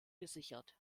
gesichert